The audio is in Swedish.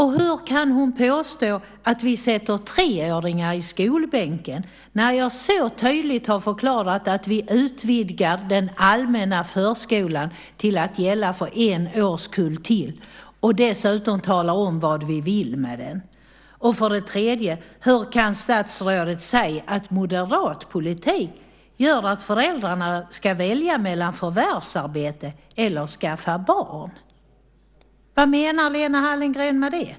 Hur kan hon påstå att vi sätter treåringar i skolbänken, när jag så tydligt har förklarat att vi utvidgar den allmänna förskolan till att gälla för en årskull till, och dessutom talar om vad vi vill med den? Hur kan statsrådet säga att moderat politik gör att föräldrarna ska välja mellan förvärvsarbete eller att skaffa barn? Vad menar Lena Hallengren med det?